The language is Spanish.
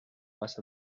más